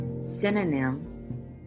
synonym